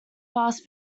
fast